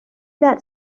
that